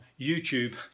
youtube